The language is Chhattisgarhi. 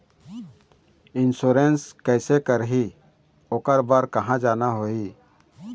इंश्योरेंस कैसे करही, ओकर बर कहा जाना होही?